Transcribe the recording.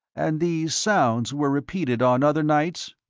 and these sounds were repeated on other nights?